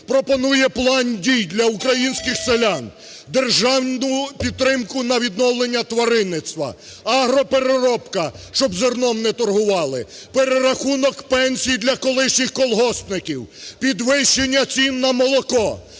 пропонує план дій для українських селян: державну підтримку на відновлення тваринництва, агропереробка, щоб зерном не торгували, перерахунок пенсій для колишніх колгоспників, підвищення цін на молоко.